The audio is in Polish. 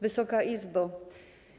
Wysoka Izbo!